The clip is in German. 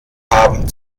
haben